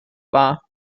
wahr